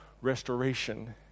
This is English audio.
restoration